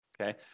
okay